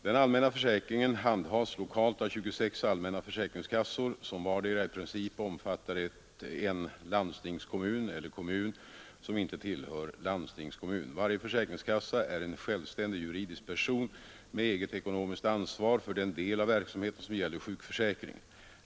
Den allmänna försäkringen handhas lokalt av 26 allmänna försäkringskassor, som vardera i princip omfattar en landstingskommun eller kommun som inte tillhör landstingskommun. Varje försäkringskassa är en självständig juridisk person med eget ekonomiskt ansvar för den del av verksamheten som gäller sjukförsäkringen.